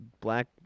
black